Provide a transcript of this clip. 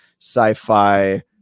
sci-fi